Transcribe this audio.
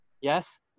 Yes